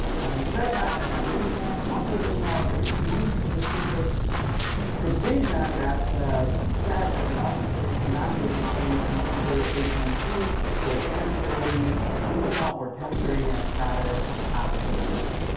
having said that, as i mentioned under the law there is no specific provision that that the officer is mandated to consider h and c for temporary visa or temporary ah status applications.